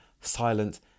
silent